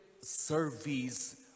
service